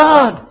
God